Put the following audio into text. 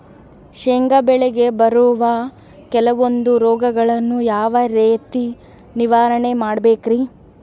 ಶೇಂಗಾ ಬೆಳೆಗೆ ಬರುವ ಕೆಲವೊಂದು ರೋಗಗಳನ್ನು ಯಾವ ರೇತಿ ನಿರ್ವಹಣೆ ಮಾಡಬೇಕ್ರಿ?